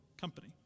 company